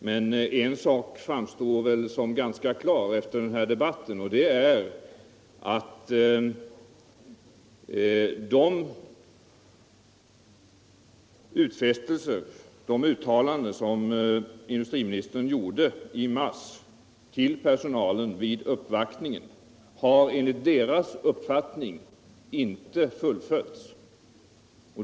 Men en sak framstår efter den här debatten som ganska klar, och det är att de uttalanden som industriministern gjorde till personalen vid uppvaktningen i mars enligt deras uppfattning inte har fullföljts.